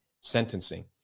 sentencing